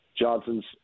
Johnson's